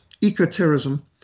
eco-terrorism